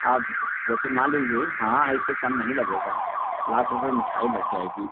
आप जैसे मान लीजिए हाँ इससे कम नहीं लगेगा लाख रुपये मिठाई लग जाएगी